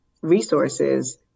resources